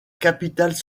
capitale